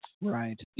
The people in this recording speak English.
Right